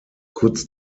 kurz